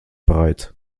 breit